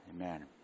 amen